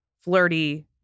flirty